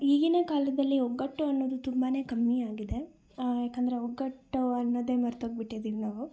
ಈಗಿನ ಕಾಲದಲ್ಲಿ ಒಗ್ಗಟ್ಟು ಅನ್ನೊದು ತುಂಬಾ ಕಮ್ಮಿಯಾಗಿದೆ ಯಾಕಂದರೆ ಒಗ್ಗಟ್ಟು ಅನ್ನೊದೆ ಮರ್ತೋಗ್ಬಿಟ್ಟಿದ್ದೀವಿ ನಾವು